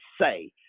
say